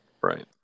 Right